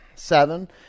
Seven